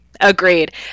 Agreed